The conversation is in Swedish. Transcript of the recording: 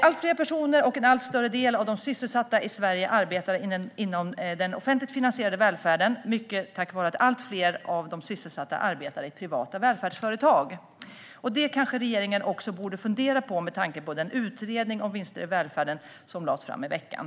Allt fler personer och en allt större del av de sysselsatta i Sverige arbetar inom den offentligt finansierade välfärden, mycket tack vare att allt fler av de sysselsatta arbetar i privata välfärdsföretag. Det kanske regeringen också borde fundera på, med tanke på den utredning om vinster i välfärden som lades fram i veckan.